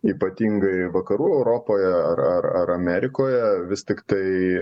ypatingai vakarų europoje ar ar ar amerikoje vis tiktai